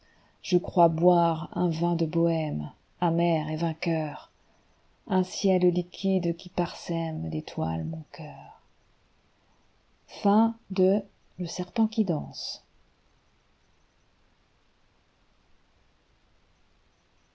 je crois boire un vin de bohême amer et vainqueur un ciel liquide qui parsème d'étoiles mon cœur xxx